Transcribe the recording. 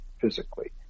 physically